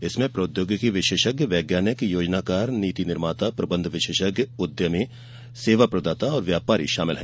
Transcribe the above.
इसमें प्रौद्योगिकी विशेषज्ञ वैज्ञानिक योजनाकार नीति निर्माता प्रबंधन विशेषज्ञ उद्यमी सेवा प्रदाता और व्यापारी शामिल हैं